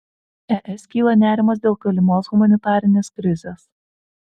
es kyla nerimas dėl galimos humanitarinės krizės